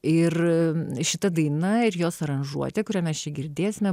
ir šita daina ir jos aranžuotė kurią mes čia girdėsime